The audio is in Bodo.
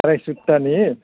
आराय सुथानि